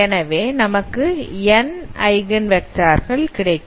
எனவே நமக்கு N eigen vector கள் கிடைக்கும்